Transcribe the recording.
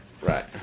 Right